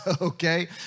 okay